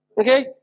Okay